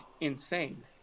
insane